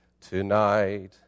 tonight